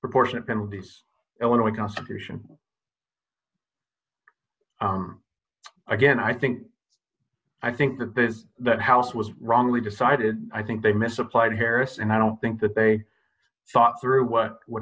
proportionate penalties illinois constitution again i think i think that that that house was wrongly decided i think they misapplied harris and i don't think that they thought through what w